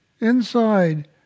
Inside